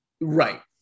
right